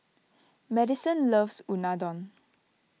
Madison loves Unadon